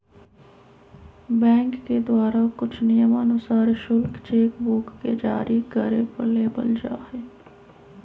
bank के द्वारा कुछ नियमानुसार शुल्क चेक बुक के जारी करे पर लेबल जा हई